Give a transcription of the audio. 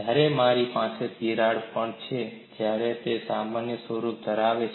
જ્યારે મારી પાસે તિરાડ પણ છે ત્યારે તે સમાન સ્વરૂપ ધરાવે છે